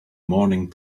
morning